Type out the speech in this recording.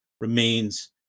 remains